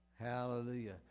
Hallelujah